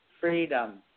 freedom